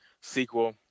sequel